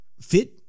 fit